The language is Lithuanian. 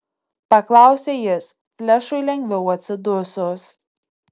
paklausė jis flešui lengviau atsidusus